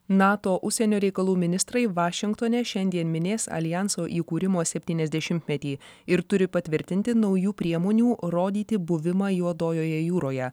nato užsienio reikalų ministrai vašingtone šiandien minės aljanso įkūrimo septyniasdešimtmetį ir turi patvirtinti naujų priemonių rodyti buvimą juodojoje jūroje